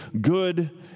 good